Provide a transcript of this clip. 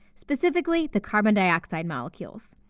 specifically the carbon dioxide molecules.